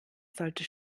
sollte